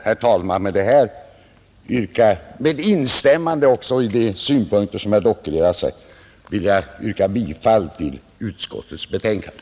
Jag vill med detta och med instämmande i de synpunkter som herr Dockered har framfört yrka bifall till utskottets betänkande.